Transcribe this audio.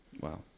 Wow